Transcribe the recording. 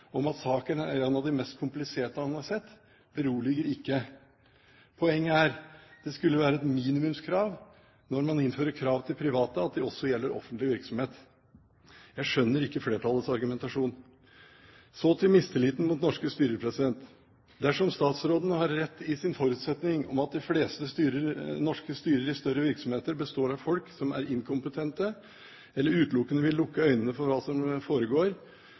om at saken er en av de mest kompliserte han har sett, beroliger ikke. Poenget er: Det skulle være et minimumskrav når man innfører krav til private, at det også gjelder offentlig virksomhet. Jeg skjønner ikke flertallets argumentasjon. Så til mistilliten mot norske styrer. Dersom statsråden har rett i sin forutsetning om at de fleste norske styrer i større virksomheter består av folk som er inkompetente eller utelukkende vil lukke øynene for hva som foregår,